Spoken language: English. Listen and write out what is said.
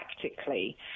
practically